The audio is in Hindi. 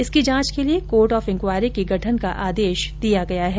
इसकी जांच के लिए कोर्ट ऑफ इन्क्वायरी के गठन का आदेश दिया गया है